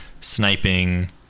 sniping